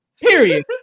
Period